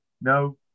no